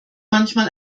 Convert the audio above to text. manchmal